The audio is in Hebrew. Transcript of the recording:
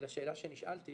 לשאלה שנשאלתי